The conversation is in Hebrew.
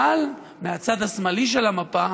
אבל מהצד השמאלי של המפה